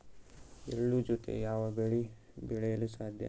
ಎಳ್ಳು ಜೂತೆ ಯಾವ ಬೆಳೆ ಬೆಳೆಯಲು ಸಾಧ್ಯ?